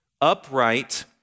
upright